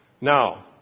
Now